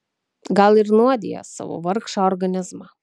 gal ir nuodija savo vargšą organizmą